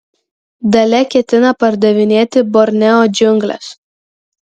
dalia ketina pardavinėti borneo džiungles